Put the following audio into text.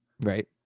right